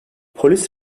polis